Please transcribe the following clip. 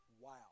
Wow